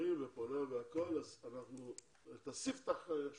לסיפתח אנחנו